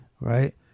Right